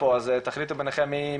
אז תחליטו מביניכם מי פותח,